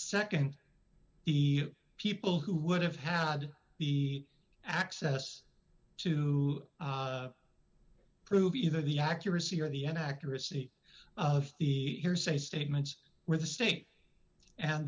nd the people who would have had the access to prove either the accuracy or the and accuracy of the hearsay statements where the state and